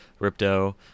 Ripto